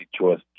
choice